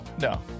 no